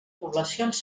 poblacions